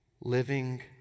living